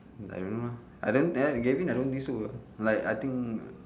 I don't know lah I don't know know galvin I don't know think so like I think